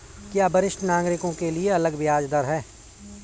क्या वरिष्ठ नागरिकों के लिए अलग ब्याज दर है?